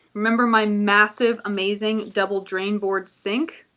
remember my massive amazing double drainboard sink?